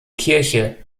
kirche